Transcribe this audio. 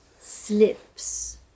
slips